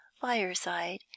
fireside